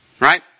Right